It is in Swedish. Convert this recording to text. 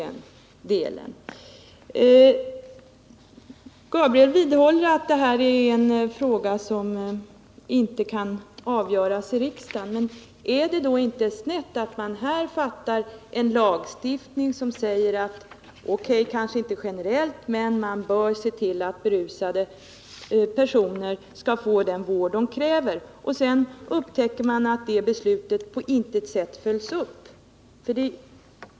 Gabriel Romanus vidhåller att det gäller en fråga som inte kan avgöras i riksdagen. Men är det inte snett att riksdagen genomför en lagstiftning, som innebär att man bör se till — om också inte generellt — att berusade personer skall få den vård de behöver, men att detta beslut på intet sätt följs upp?